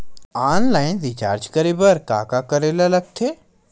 Online recharge करे बर का का करे ल लगथे?